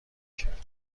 کرد